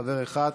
חבר אחד,